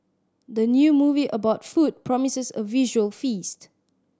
the new movie about food promises a visual feast